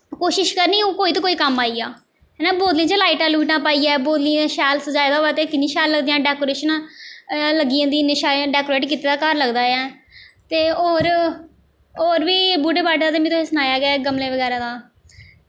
कोशिश करनी ओह् कोई ते कोई कम्म आई जा इ'यां बोतलें च लाइटां लूइटां पाइयै बोतलें गी शैल सजाए दा होऐ ते किन्नी शैल लगदियां डेकोरेशनां लग्गी जंदियां इन्ने शैल डेकोरेट कीते दा घर लगदा ऐ ते होर होर बी बूह्टे बाह्टे दा ते में तुसेंगी सनाया गै गमलें बगैरा दा